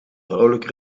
vrouwelijk